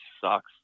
sucks